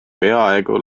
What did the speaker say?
peaaegu